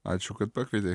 ačiū kad pakvietei